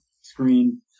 screen